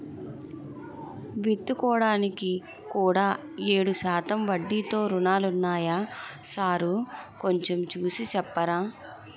విత్తుకోడానికి కూడా ఏడు శాతం వడ్డీతో రుణాలున్నాయా సారూ కొంచె చూసి సెప్పరా